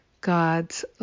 god's